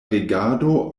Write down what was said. regado